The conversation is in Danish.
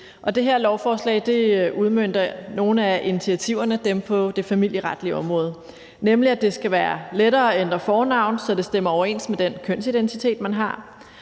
det her lovforslag udmønter nogle af initiativerne, nemlig dem på det familieretlige område, og det vil sige, at det skal være lettere at ændre fornavn, så det stemmer overens med den kønsidentitet, man har,